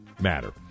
matter